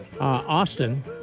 Austin